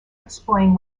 explain